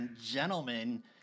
gentlemen